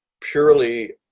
purely